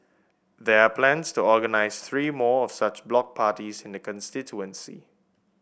there are plans to organise three more of such block parties in the constituency